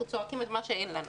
אנחנו צועקים את מה שאין לנו.